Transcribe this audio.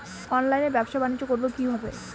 অনলাইনে ব্যবসা বানিজ্য করব কিভাবে?